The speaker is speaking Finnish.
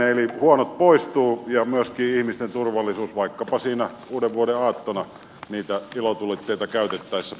eli huonot poistuvat ja myöskin ihmisten turvallisuus vaikkapa siinä uudenvuodenaattona niitä ilotulitteita käytettäessä